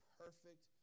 perfect